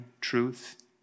truth